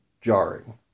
jarring